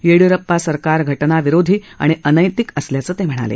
येडियुरप्पा सरकार घटनाविरोधी आणि अनैतिक असल्याचं ते म्हणाले